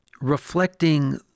reflecting